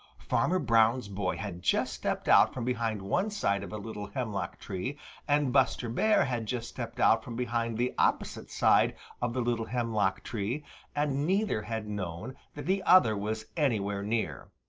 farmer brown's boy had just stepped out from behind one side of a little hemlock-tree and buster bear had just stepped out from behind the opposite side of the little hemlock-tree and neither had known that the other was anywhere near.